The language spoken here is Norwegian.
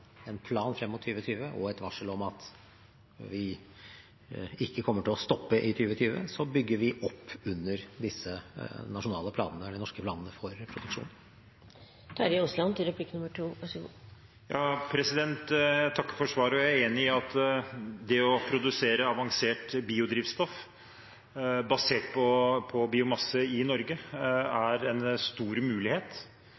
en plan frem mot 2020 og et varsel om at vi ikke kommer til å stoppe i 2020, bygger opp under disse norske planene for produksjon. Jeg takker for svaret. Jeg er enig i at det å produsere avansert biodrivstoff basert på biomasse i Norge